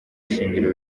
shingiro